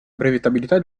brevettabilità